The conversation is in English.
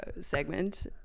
segment